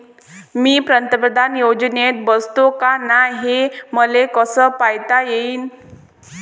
मी पंतप्रधान योजनेत बसतो का नाय, हे मले कस पायता येईन?